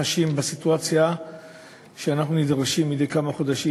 חשים בסיטואציה שאנחנו נדרשים מדי כמה חודשים